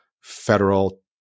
federal